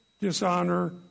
dishonor